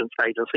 Agency